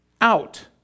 out